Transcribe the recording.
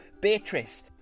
Beatrice